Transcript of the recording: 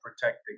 protecting